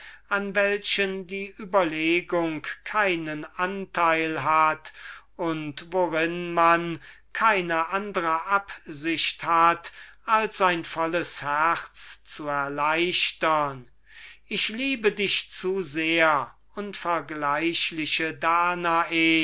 an welchen die überlegung keinen anteil hat und worin man keine andre absicht hat als ein volles herz zu erleichtern ich liebe dich zu sehr unvergleichliche danae